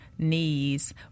knees